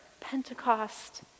Pentecost